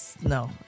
No